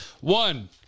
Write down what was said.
One